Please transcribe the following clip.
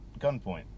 gunpoint